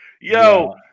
yo